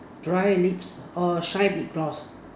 dry lips or shine lip gloss